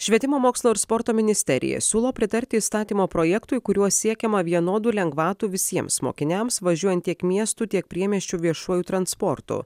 švietimo mokslo ir sporto ministerija siūlo pritarti įstatymo projektui kuriuo siekiama vienodų lengvatų visiems mokiniams važiuojant tiek miestų tiek priemiesčių viešuoju transportu